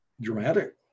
dramatic